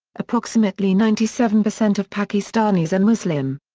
approximately ninety seven percent of pakistanis are muslim.